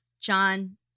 John